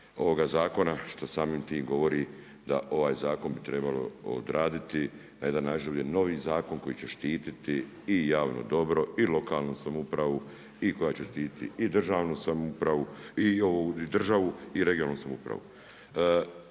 ovoga zakona što samim tim govori da ovaj zakon bi trebalo odraditi na jedan način da bi novi zakon koji će štititi i javno dobro i lokalnu samoupravu i koja će štititi državu i regionalnu samoupravu.